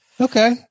Okay